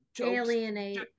Alienate